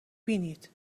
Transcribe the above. بینید